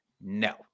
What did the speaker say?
No